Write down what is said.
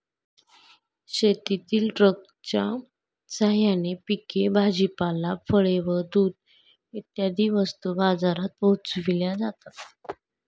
शेतातील ट्रकच्या साहाय्याने पिके, भाजीपाला, फळे व दूध इत्यादी वस्तू बाजारात पोहोचविल्या जातात